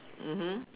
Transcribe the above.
mmhmm